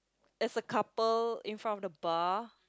there's a couple in front of the bar